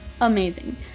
Amazing